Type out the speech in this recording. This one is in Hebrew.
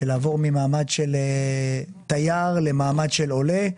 לעבור ממעמד של תייר למעמד של עולה.